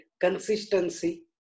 consistency